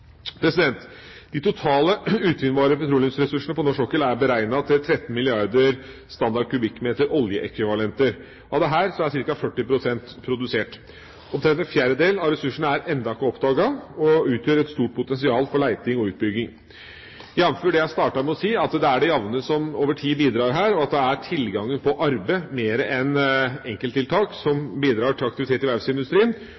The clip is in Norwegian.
De totale utvinnbare petroleumsressursene på norsk sokkel er beregnet til 13 milliarder standard kubikkmeter oljeekvivalenter. Av dette er ca. 40 pst. produsert. Omtrent en fjerdedel av ressursene er ennå ikke oppdaget og utgjør et stort potensial for leting og utbygging. Jamført med det jeg startet med å si, at det er det jevne som over tid bidrar her, og at det er tilgangen på arbeid mer enn enkelttiltak